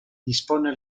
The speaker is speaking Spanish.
dispone